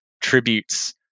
tributes